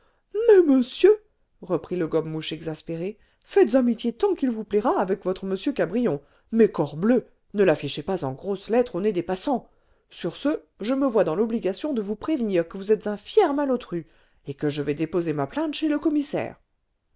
monsieur reprit le gobe mouche exaspéré faites amitié tant qu'il vous plaira avec votre m cabrion mais corbleu ne l'affichez pas en grosses lettres au nez des passants sur ce je me vois dans l'obligation de vous prévenir que vous êtes un fier malotru et que je vais déposer ma plainte chez le commissaire